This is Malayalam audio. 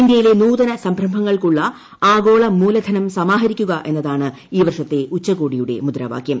ഇന്ത്യയിലെ നൂതന സംരംഭങ്ങൾക്കുള്ള ആഗോള മൂലധനം സമാഹരിക്കുക എന്നതാണ് ഈവർഷത്തെ ഉച്ചകോടിയുടെ മുദ്രാവാകൃം